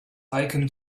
icon